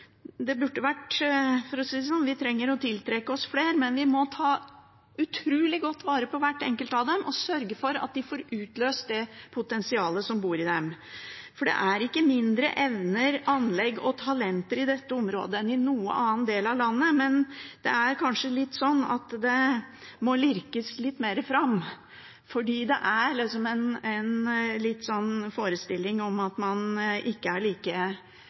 for få. Vi trenger å tiltrekke oss flere, men vi må ta utrolig godt vare på hvert enkelt av dem og sørge for at de får utløst det potensialet som bor i dem. Det er ikke mindre evner, anlegg og talent i dette området enn i noen annen del av landet, men det er kanskje sånn at det må lirkes litt mer fram, fordi det er en forestilling om at man ikke er like